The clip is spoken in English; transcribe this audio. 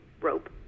rope